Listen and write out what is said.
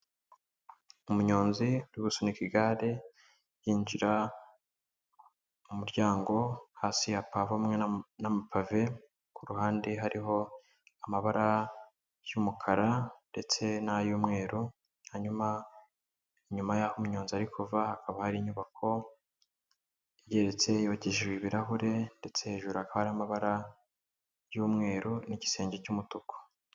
Umunyonzi uri gusunika igare, yinjira mu muryango, hasi hapavomwe n'amapave, ku ruhande hariho amabara y'umukara, ndetse n'ay'umweru, hanyuma inyuma y'aho umunyonzi ari kuva, hakaba hari inyubako igeretse, yubakijwe ibirahure, ndetse hejuru hakaba hariho amabara y'umweru n'igisenge cy'umutuku.